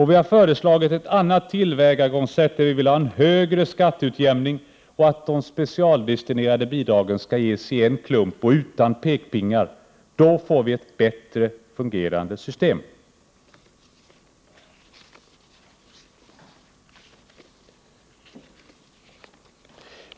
Vi har föreslagit ett annat tillvägagångssätt, med en högre skatteutjämning, och att de specialdestinerade bidragen skall ges i en klump, utan pekpinnar. Då får vi ett bättre fungerande system.